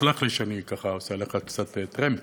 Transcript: סלח לי שאני ככה עושה עליך קצת טרמפ